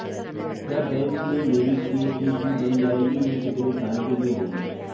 क्या बैंक में मेरी के.सी.सी बन जाएगी ये कितने साल के लिए होगी?